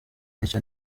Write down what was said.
icyo